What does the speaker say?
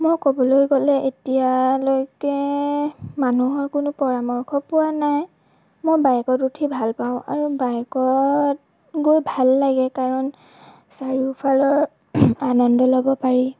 মই ক'বলৈ গ'লে এতিয়ালৈকে মানুহৰ কোনো পৰামৰ্শ পোৱা নাই মই বাইকত উঠি ভাল পাওঁ আৰু বাইকত গৈ ভাল লাগে কাৰণ চাৰিওফালৰ আনন্দ ল'ব পাৰি